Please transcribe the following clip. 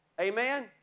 Amen